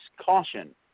caution